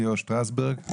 ליאור שטרסברג.